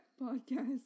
podcast